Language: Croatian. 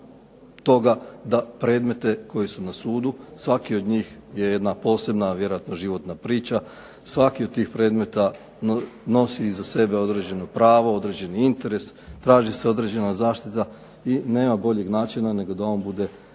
da predmete koji su na sudu svaki od njih je jedna posebna, a vjerojatno životna priča. Svaki od tih predmeta nosi iza sebe određeno pravo, određeni interes, traži se određena zaštita i nema boljeg načina nego da on bude riješen